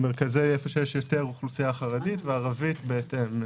איפה שיש יותר אוכלוסייה חרדית, וערבית בהתאם.